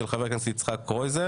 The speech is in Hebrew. של חבר הכנסת יצחק קרויזר,